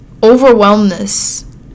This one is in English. Overwhelmness